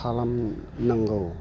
खालाम नांगौ